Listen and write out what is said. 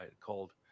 called